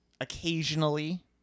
occasionally